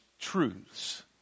truths